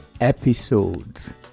episodes